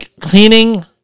cleaning